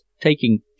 taking